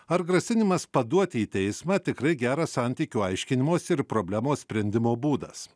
ar grasinimas paduoti į teismą tikrai geras santykių aiškinimosi ir problemos sprendimo būdas